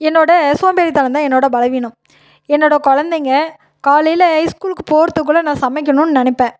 என்னோடய சோம்பேறி தனந்தா என்னோடய பலவீனம் என்னோடய குழந்தைங்க காலையில் ஐஸ் ஸ்கூலுக்கு போகிறதுக்குள்ள நான் சமைக்கணுன் நினப்பன்